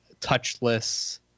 touchless